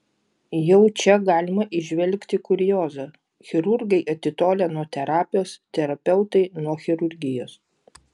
jau čia galima įžvelgti kuriozą chirurgai atitolę nuo terapijos terapeutai nuo chirurgijos